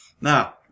Now